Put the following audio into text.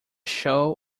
show